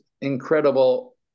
incredible